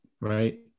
right